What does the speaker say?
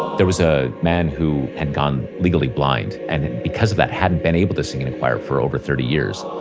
there was a man who had gone legally blind and because of that, hadn't been able to sing in a choir for over thirty years.